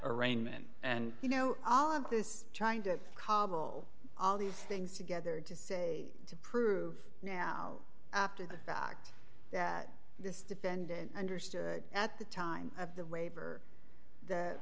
arraignment and you know all of this trying to cobble all these things together to say to prove now after the fact that this defendant understood at the time of the waiver that